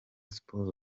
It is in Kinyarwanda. sports